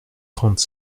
trente